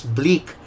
bleak